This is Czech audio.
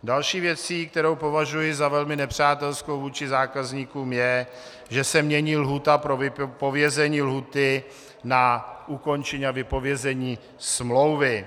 Další věcí, kterou považuji za velmi nepřátelskou vůči zákazníkům, je, že se mění lhůta pro vypovězení lhůty na ukončení a vypovězení smlouvy.